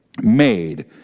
made